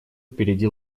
впереди